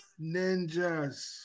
ninjas